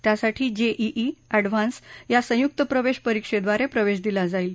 त्यासाठी JEE advanced या संयुक्त प्रवेश परीक्षेब्रारे प्रवेश दिला जाईल